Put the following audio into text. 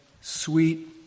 sweet